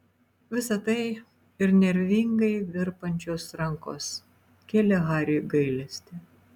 visa tai ir nervingai virpančios rankos kėlė hariui gailestį